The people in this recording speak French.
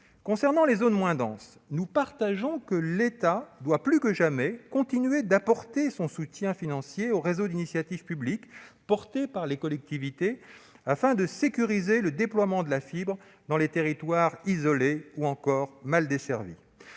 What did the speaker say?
Concernant les zones moins denses, nous partageons l'idée que l'État doit, plus que jamais, continuer d'apporter son soutien financier aux réseaux d'initiative publique portés par les collectivités, afin de sécuriser le déploiement de la fibre dans les territoires isolés ou encore mal desservis.